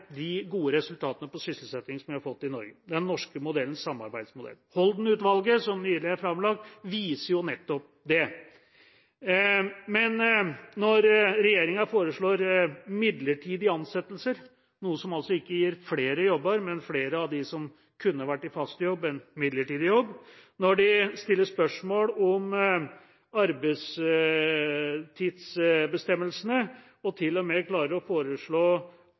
de gode resultatene på sysselsetting som vi har fått i Norge – den norske modellen, samarbeidsmodellen. Holden III-utvalgets rapport som nylig er framlagt, viser nettopp det. Men når regjeringa foreslår midlertidige ansettelser, noe som ikke gir flere jobber, men flere av dem som kunne vært i fast jobb, en midlertidig jobb, når de stiller spørsmål om arbeidstidsbestemmelsene og til og med klarer å foreslå